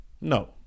No